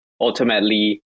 ultimately